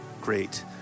great